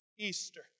Easter